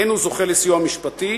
אין הוא זוכה לסיוע משפטי,